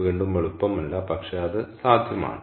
വീണ്ടും എളുപ്പമല്ല പക്ഷേ അത് സാധ്യമാണ്